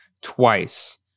twice